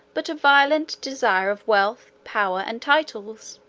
but a violent desire of wealth, power, and titles